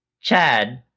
Chad